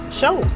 show